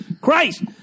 Christ